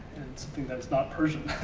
and something that is not persian.